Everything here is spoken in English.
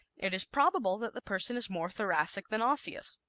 it is probable that the person is more thoracic than osseous.